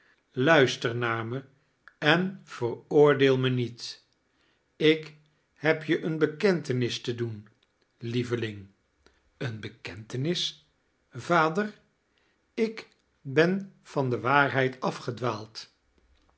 ludister naar me en veroordeel mij niet ik heb je eene bekentenis te doen lieveling eene bekemitenis vadar ik ben van de waarheid